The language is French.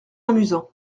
amusant